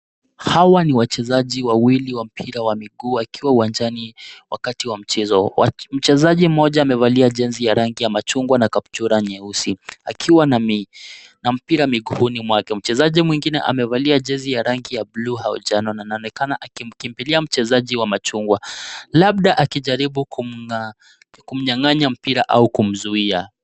Hawa ni wachezaji wawili wa mpira wa miguu wakiwa uwanjani wakati wa mchezo. Mchezaji mmoja amevalia jezi ya rangi ya machungwa na kaptura nyeusi, akiwa na mpira miguuni mwake. Mchezaji mwingine amevalia jezi ya rangi ya buluu au njano anaonekana akimkimbilia mchezaji wa machungwa, labda akijaribu kumnya ng'anya mpira au kumzuia.